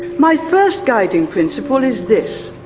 my first guiding principle is this